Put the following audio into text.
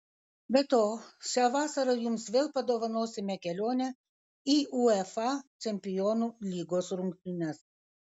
be to šią vasarą jums vėl padovanosime kelionę į uefa čempionų lygos rungtynes